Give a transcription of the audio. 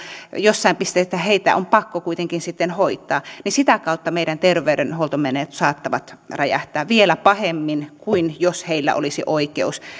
jossain pisteessä heitä on pakko kuitenkin sitten hoitaa meidän terveydenhuoltomenot saattavat räjähtää vielä pahemmin kuin jos heillä olisi oikeus